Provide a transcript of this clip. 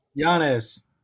Giannis